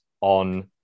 on